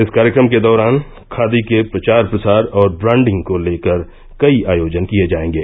इस कार्यक्रम के दौरान खादी के प्रचार प्रसार और ब्रांडिंग को लेकर कई आयोजन किये जायेंगे